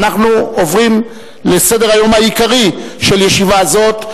אנחנו עוברים לסדר-היום העיקרי של ישיבה זו,